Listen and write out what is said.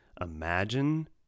Imagine